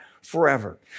forever